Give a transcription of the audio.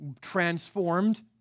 transformed